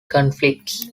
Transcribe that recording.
conflicts